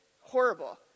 horrible